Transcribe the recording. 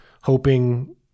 hoping